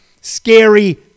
scary